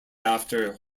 after